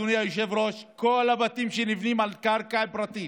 אדוני היושב-ראש: כל הבתים שנבנים הם על קרקע פרטית,